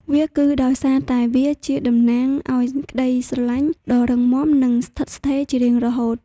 វាគឺដោយសារតែវាជាតំណាងឱ្យក្តីស្រឡាញ់ដ៏រឹងមាំនិងស្ថិតស្ថេរជារៀងរហូត។